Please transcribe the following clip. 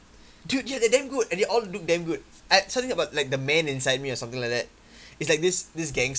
dude ya they're damn good and they all look damn good I something about like the man inside me or something like that it's like this this gang